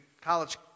college